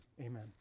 amen